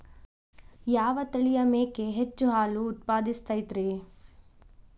ಯಾವ ತಳಿಯ ಮೇಕೆ ಹೆಚ್ಚು ಹಾಲು ಉತ್ಪಾದಿಸತೈತ್ರಿ?